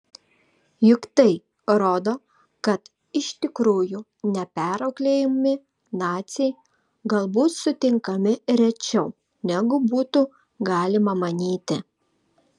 juk tai rodo kad iš tikrųjų neperauklėjami naciai galbūt sutinkami rečiau negu būtų galima manyti